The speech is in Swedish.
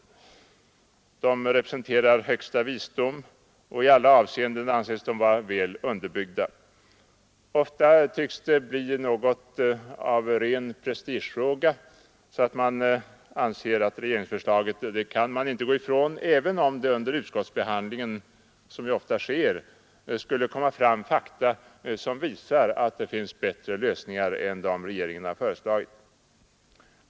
Regeringsförslagen representerar högsta visdom och anses i alla avseenden vara väl underbyggda. Ofta tycks det bli något av en prestigefråga — man anser att regeringsförslaget kan man inte gå ifrån, även om det under utskottsbehandlingen skulle — som ofta sker — komma fram fakta som visar att det finns bättre lösningar än dem regeringen har föreslagit.